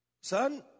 son